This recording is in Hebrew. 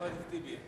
חבר הכנסת טיבי,